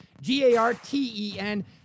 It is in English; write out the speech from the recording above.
G-A-R-T-E-N